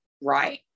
Right